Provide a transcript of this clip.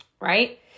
right